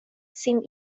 sim